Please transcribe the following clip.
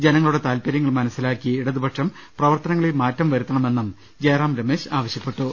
ജനങ്ങളുടെ താൽപര്യങ്ങൾ മനസ്സിലാക്കി ഇടതുപക്ഷം പ്രവർത്തനങ്ങളിൽ മാറ്റം വരുത്തണമെന്ന് ജയറാം രമേഷ് ആവശ്യപ്പെട്ടു